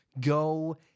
go